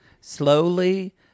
Slowly